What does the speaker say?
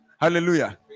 Hallelujah